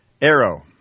Arrow